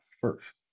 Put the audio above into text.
first